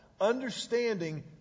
understanding